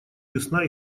ясна